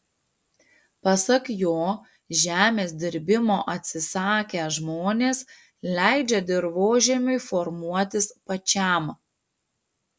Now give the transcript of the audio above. pasak jo žemės dirbimo atsisakę žmonės leidžia dirvožemiui formuotis pačiam